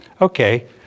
Okay